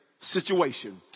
situation